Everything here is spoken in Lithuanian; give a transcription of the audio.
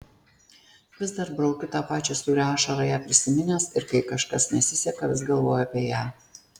vis dar braukiu tą pačią sūrią ašarą ją prisiminęs ir kai kažkas nesiseka vis galvoju apie ją